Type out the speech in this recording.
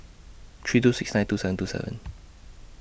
three two six nine two seven two seven